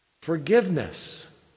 forgiveness